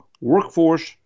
workforce